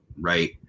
right